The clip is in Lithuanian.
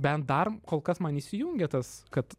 bent dar kol kas man įsijungia tas kad